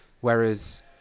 Whereas